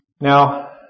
Now